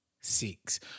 six